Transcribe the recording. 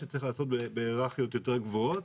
שצריכה להיעשות בהיררכיות יותר גבוהות,